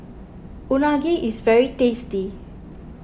Unagi is very tasty